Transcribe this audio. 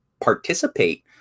participate